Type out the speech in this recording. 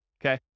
okay